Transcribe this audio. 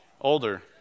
Older